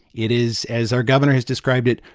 it is, as our governor has described it,